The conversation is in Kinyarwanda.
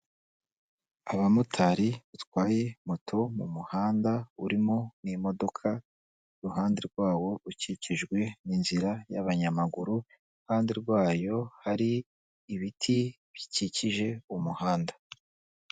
Abamotari batwaye moto mu muhanda urimo n'imodoka iruhande rwawo ukikijwe n'inzira y'abanyamaguru iruhande rwayo hari ibiti bikikije umuhanda.